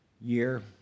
year